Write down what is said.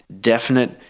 definite